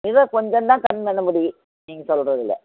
எதோ கொஞ்சம் தான் கம்மி பண்ண முடியும் நீங்கள் சொல்லுறதுல